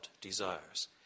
desires